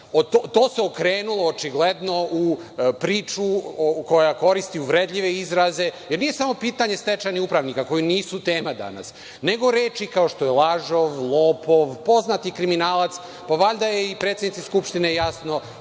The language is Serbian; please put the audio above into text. To se okrenulo očigledno u priču koja koristi uvredljive izraze, jer nije samo pitanje stečajnih upravnika koji nisu tema danas, nego reči kao što je – lažov, lopov, poznati kriminalac. Valjda je i predsednici Skupštine jasno